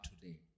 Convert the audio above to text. today